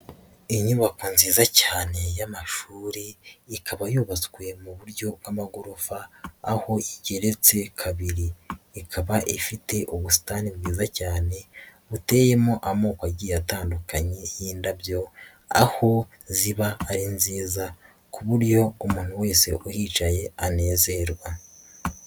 Inyubako nziza cyane y'amashuri ikaba yubatswe mu buryo bw'amagorofa, aho igeretse kabiri, ikaba ifite ubusitani bwiza cyane buteyemo amoko igihe atandukanye y'indabyo aho ziba ari nziza ku buryo umuntu wese uhicaye anezerwa.